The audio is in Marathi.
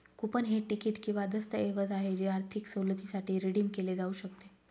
कूपन हे तिकीट किंवा दस्तऐवज आहे जे आर्थिक सवलतीसाठी रिडीम केले जाऊ शकते